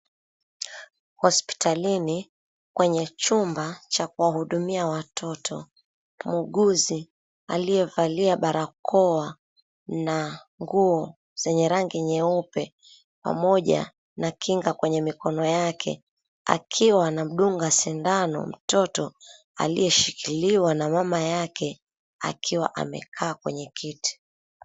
Hospitalini kwenye chumba cha kuwahudumia watoto, muuguzi aliyevalia barakoa na nguo zenye rangi nyeupe pamoja na kinga kwenye mikono yake, akiwa anamdunga sindano mtoto aliyeshikiliwa na mama yake akiwa amekaa kwenye kiti.